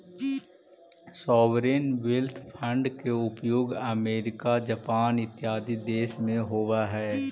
sovereign wealth fund के उपयोग America Japan इत्यादि देश में होवऽ हई